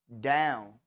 down